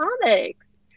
comics